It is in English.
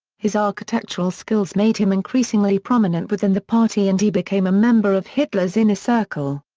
his architectural skills made him increasingly prominent within the party and he became a member of hitler's inner circle.